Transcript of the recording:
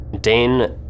Dane